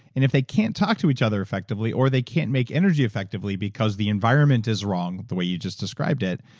and if they can't talk to each other effectively or they can't make energy effectively because the environment is wrong, the way you just described it,